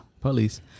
police